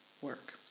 work